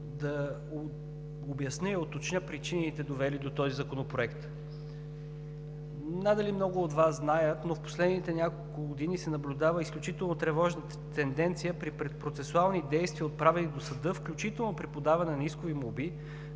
да обясня и уточня причините, довели до този законопроект. Надали много от Вас знаят, но в последните няколко години се наблюдава изключително тревожна тенденция при процесуални действия, отправени до съда, включително при подаване на искови молби,